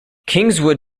kingswood